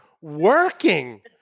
working